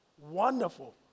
Wonderful